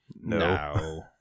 No